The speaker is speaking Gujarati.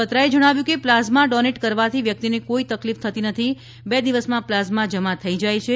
બત્રાએ જણાવ્યું કે પ્લાઝમા ડોનેટ કરવાથી વ્યક્તિને કોઇ તકલીફ થતી નથી બે દિવસમાં પ્લાઝમા જમા થઇ જાય છે